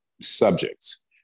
subjects